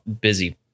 busy